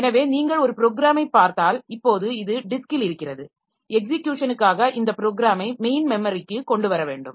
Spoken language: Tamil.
எனவே நீங்கள் ஒரு ப்ரோக்ராமைப் பார்த்தால் இப்போது இது டிஸ்க்கில் இருக்கிறது எக்ஸிக்யூஷனுக்காக இந்த ப்ரோக்ராமை மெயின் மெமரிக்கு கொண்டு வர வேண்டும்